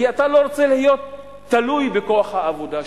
כי אתה לא רוצה להיות תלוי בכוח העבודה שלך.